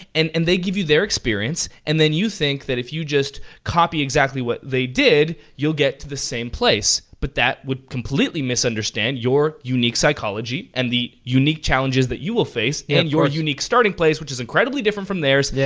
and and they give you their experience and then you think that if you just copy exactly what they did, you'll get to the same place. but that would completely misunderstand your unique psychology and the unique challenges that you will face and your unique starting place which is incredibly different from theirs. yeah.